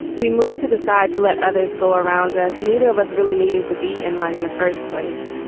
we moved to the side to let others go around us. neither of us really needing to be in line in the first place.